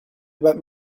about